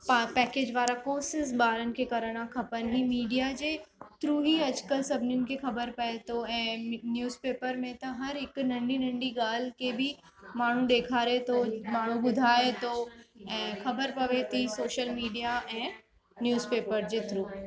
package वारा कोशिश बारनि खे करिणा खपेनि ई मीडिया जे थ्रू ई अॼुकल्ह सभिनिनि खे ख़बर पिए थो ऐं न्यूज़ पेपर में त हर कोई नंढी नंढी गाल्हि खे बि माण्हूअ खे ॾेखारे थो माण्हू ॿुधाए थो ऐं ख़बर पवे थी सोशल मीडिया ऐं न्यूज़ पेपर जे थ्रू